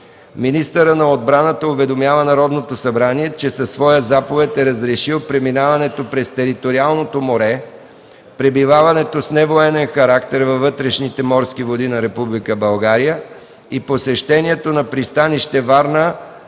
министърът на отбраната уведомява Народното събрание, че със своя заповед е разрешил преминаването през териториалното море, пребиваването с невоенен характер във вътрешните морски води на Република България и посещението на пристанище Варна